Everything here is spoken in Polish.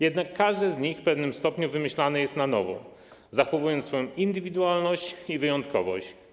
Jednak każde z nich w pewnym stopniu wymyślane jest na nowo, zachowując swoją indywidualność i wyjątkowość.